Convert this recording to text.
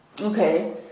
Okay